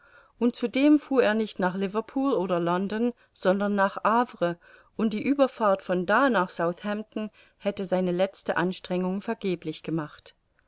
und zudem fuhr er nicht nach liverpool oder london sondern nach havre und die ueberfahrt von da nach southampton hätte seine letzte anstrengung vergeblich gemacht